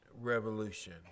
revolution